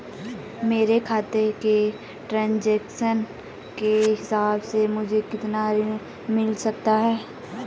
मेरे खाते के ट्रान्ज़ैक्शन के हिसाब से मुझे कितना ऋण मिल सकता है?